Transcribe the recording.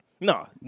No